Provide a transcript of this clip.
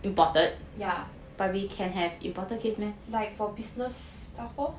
yeah like for business stuff lor